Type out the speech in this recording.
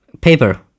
paper